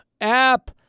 app